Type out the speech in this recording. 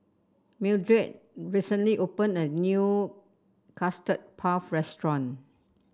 Mildred recently opened a new Custard Puff Restaurant